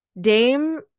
Dame